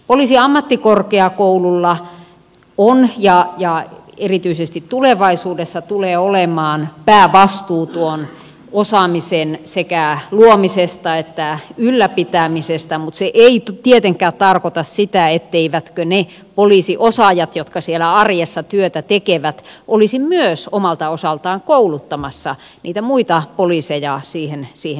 poliisiammattikorkeakoululla on ja erityisesti tulevaisuudessa tulee olemaan päävastuu tuon osaamisen sekä luomisesta että ylläpitämisestä mutta se ei tietenkään tarkoita sitä etteivätkö ne poliisiosaajat jotka siellä arjessa työtä tekevät olisi myös omalta osaltaan kouluttamassa niitä muita poliiseja siihen työhön